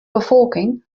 befolking